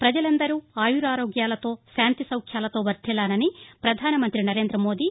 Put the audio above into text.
ప్రపజలందరూ ఆయురారోగ్యాలతో శాంతి సౌఖ్యాలతో వర్దిల్లాలని ప్రధానమంతి నరేంద్ర మోదీ